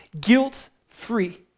Guilt-free